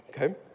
okay